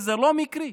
זה לא מקרה.